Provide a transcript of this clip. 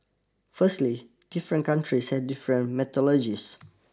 firstly different countries had different methodologies